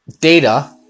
data